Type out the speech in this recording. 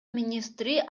министри